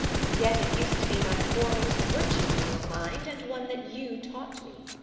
and yet it used to be my foremost virtue in your mind, and one that you taught me.